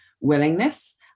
willingness